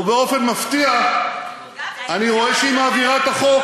ובאופן מפתיע אני רואה שהיא מעבירה את החוק,